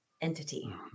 entity